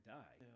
die